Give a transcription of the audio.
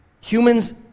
humans